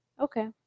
Okay